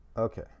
okay